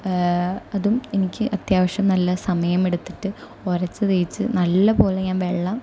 അതും എനിക്ക് അത്യാവശ്യം നല്ല സമയം എടുത്തിട്ട് ഒരച്ചു തേച്ച് നല്ലതു പോലെ ഞാൻ വെള്ളം